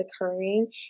occurring